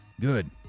Good